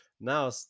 now